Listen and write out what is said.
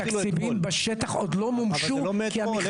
התקציבים בשטח עוד לא מומשו במכרזים --- אבל זה לא מאתמול.